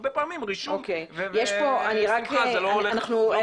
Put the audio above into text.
הרבה פעמים רישום ושמחה זה לא הולך ביחד.